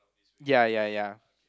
ya ya ya